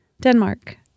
Denmark